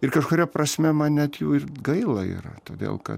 ir kažkuria prasme man net jų ir gaila yra todėl kad